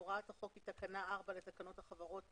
הוראת החוק היא תקנה 4 לתקנות החברות (פירוק),